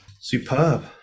Superb